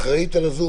אם מדברים על בריכה,